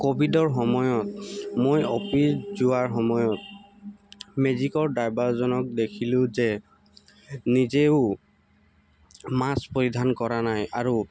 ক'ভিডৰ সময়ত মই অফিচ যোৱাৰ সময়ত মেজিকৰ ড্ৰাইভাৰজনক দেখিলো যে নিজেও মাস্ক পৰিধান কৰা নাই আৰু